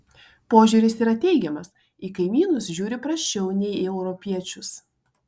požiūris yra teigiamas į kaimynus žiūri prasčiau nei į europiečius